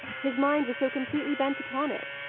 his mind was so completely bent upon it.